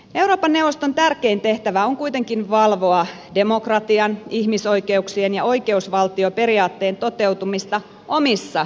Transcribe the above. euroopan neuvoston tärkein tehtävä on kuitenkin valvoa demokratian ihmisoikeuksien ja oikeusvaltioperiaatteen toteutumista omissa jäsenmaissamme